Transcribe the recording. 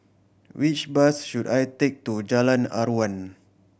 which bus should I take to Jalan Aruan